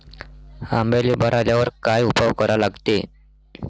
आंब्याले बार आल्यावर काय उपाव करा लागते?